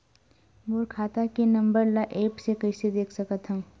मोर खाता के नंबर ल एप्प से कइसे देख सकत हव?